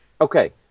Okay